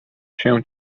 się